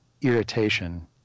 irritation